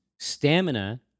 Stamina